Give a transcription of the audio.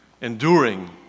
enduring